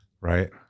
right